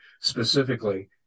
specifically